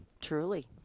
Truly